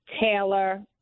Taylor